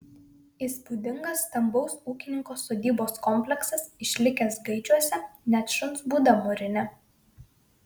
įspūdingas stambaus ūkininko sodybos kompleksas išlikęs gaidžiuose net šuns būda mūrinė